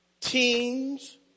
teens